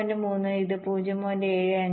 3 ഇത് 0